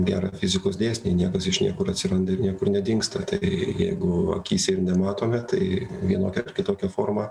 gerą fizikos dėsnį niekas iš niekur atsiranda niekur nedingsta tai jeigu akyse ir nematome tai vienokia ar kitokia forma